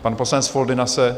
Pan poslanec Foldyna se...?